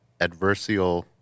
Adversial